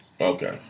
Okay